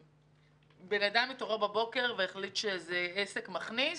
אדם התעורר בבוקר והחליט שזה עסק מכניס.